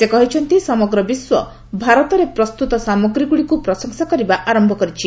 ସେଇଭଳି ସମଗ୍ର ବିଶ୍ୱ ଭାରତରେ ପ୍ରସ୍ତୁତ ସାମଗ୍ରୀଗୁଡ଼ିକୁ ପ୍ରଶଂସା କରିବା ଆରମ୍ଭ କରିଛନ୍ତି